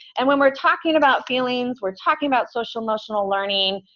and when we're talking about feelings, we're talking about social emotional learning,